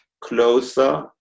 closer